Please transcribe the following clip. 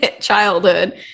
childhood